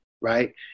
right